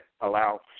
allow